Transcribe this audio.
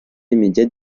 immédiate